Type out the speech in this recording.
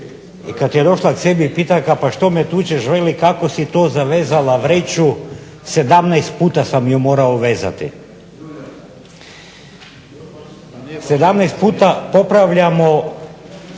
i kad je došla sebi pita ga pa što me tuče, veli kako si to zavela vreću 17 puta sam ju morao vezati. 17 puta popravljamo